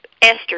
Esther